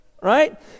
right